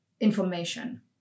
information